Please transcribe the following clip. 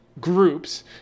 groups